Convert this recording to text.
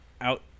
out